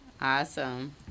Awesome